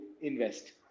invest